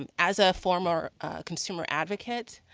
um as a former consumer advocate,